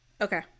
okay